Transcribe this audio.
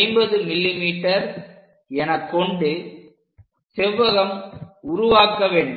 50 mm எனக் கொண்டு செவ்வகம் உருவாக்க வேண்டும்